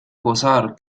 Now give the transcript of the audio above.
gozar